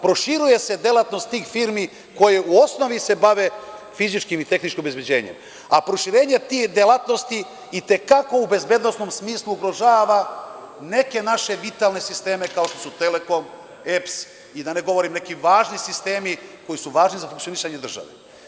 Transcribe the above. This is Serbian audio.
Proširuje se delatnost tih firmi koje se u osnovi bave fizičkim i tehničkim obezbeđenjem, a proširenje tih delatnosti i te kako u bezbednosnom smislu ugrožava neke naše vitalne sisteme, kao što su „Telekom“, EPS i da ne govorim neke važne sisteme koji su važni za funkcionisanje države.